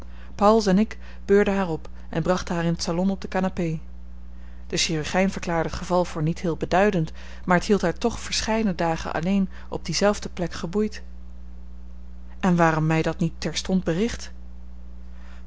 pauwels en ik beurden haar op en brachten haar in t salon op de canapé de chirurgijn verklaarde het geval voor niet heel beduidend maar het hield haar toch verscheiden dagen aaneen op diezelfde plek geboeid en waarom mij dat niet terstond bericht